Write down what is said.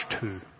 two